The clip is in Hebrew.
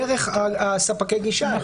דרך ספקי הגישה האלה.